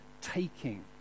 taking